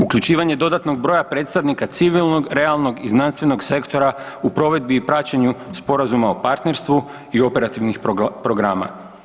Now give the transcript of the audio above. Uključivanje dodatnog broja predstavnika civilnog, realnog i znanstvenog sektora u provedbi i praćenju sporazuma o partnerstvu i operativnih programa.